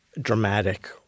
dramatic